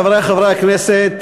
חברי חברי הכנסת,